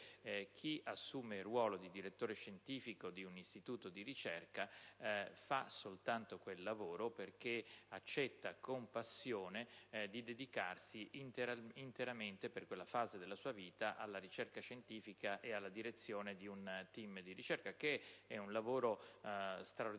chi assume il ruolo di direttore scientifico di un istituto di ricerca fa soltanto quel lavoro perché accetta con passione di dedicarsi interamente, per quella fase della sua vita, alla ricerca scientifica e alla direzione di un *team* di ricerca: lavoro straordinariamente